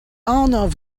arnav